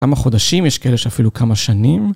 כמה חודשים, יש כאלה שאפילו כמה שנים.